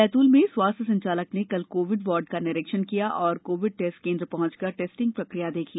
बैतूल में स्वास्थ्य संचालक ने कल कोविड वार्ड का निरीक्षण किया और कोविड टेस्ट केंद्र पंहुचकर टेस्टिंग प्रक्रिया देखी